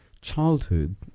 childhood